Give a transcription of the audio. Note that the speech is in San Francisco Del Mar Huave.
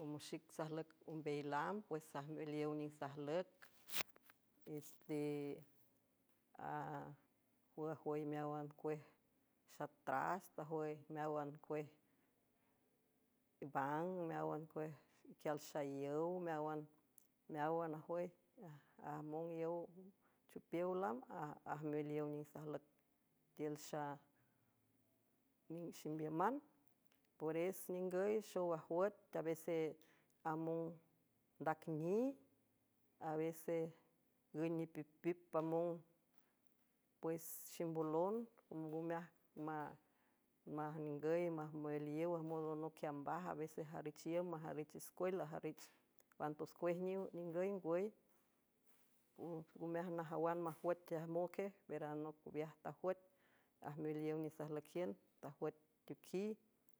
omexic sajlüc ombey lam pues sajmel iow ning sajlüc is eajwüy meáwan cuej xatras tj meáwan cuej vang meáwan equial xalow meáwan meáwan jajmongochupiow lam ajmeliow niüng sajlüc tiül ig ximbiüman peres ningüy xow ajwüet teavese among ndacni avese güy nipipip pamong pues ximbolon ngmej maningüy majmüliow ajmondono qiambaj avese jarich iüm majarich iscuel ajarich antoscuej ningüy ngwüy ngumeaj najawan majwüet ajmoqej veranoc oweaj tajuüet ajmeliow ning sajlüqiün tajwüet teoquiy.